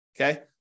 Okay